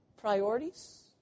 priorities